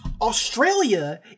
Australia